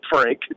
frank